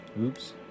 Oops